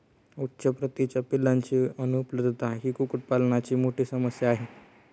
उच्च प्रतीच्या पिलांची अनुपलब्धता ही कुक्कुटपालनाची मोठी समस्या आहे